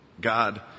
God